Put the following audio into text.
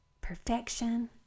perfection